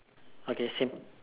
okay same